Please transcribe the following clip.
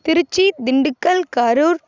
Trichy Dindigul Karur